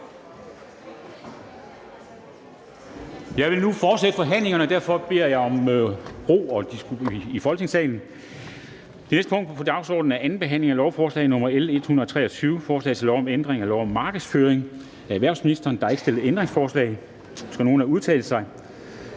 Vi vil nu fortsætte forhandlingerne, og derfor beder jeg om ro i Folketingssalen. --- Det næste punkt på dagsordenen er: 13) 2. behandling af lovforslag nr. L 123: Forslag til lov om ændring af lov om markedsføring. (Forældelsesfrist for vildledende markedsføring